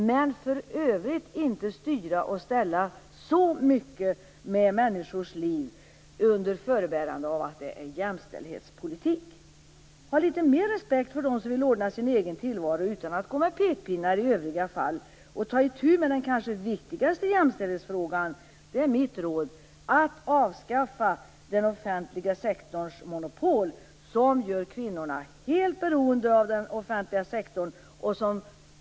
Men för övrigt skall den inte styra och ställa så mycket med människors liv under förebärande av att det är jämställdhetspolitik. Ha litet mer respekt för dem som vill ordna sin egen tillvaro utan att gå med pekpinnar i övriga fall! Mitt råd är att ta itu med den kanske viktigaste jämställdhetsfrågan att avskaffa den offentliga sektorns monopol som gör kvinnorna helt beroende av den offentliga sektorn.